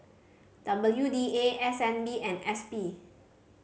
W D A S N B and S P